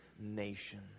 nation